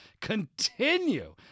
continue